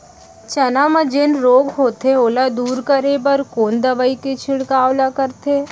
चना म जेन रोग होथे ओला दूर करे बर कोन दवई के छिड़काव ल करथे?